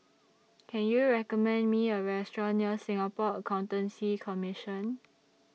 Can YOU recommend Me A Restaurant near Singapore Accountancy Commission